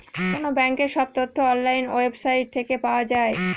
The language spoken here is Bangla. কোনো ব্যাঙ্কের সব তথ্য অনলাইন ওয়েবসাইট থেকে পাওয়া যায়